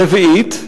רביעית,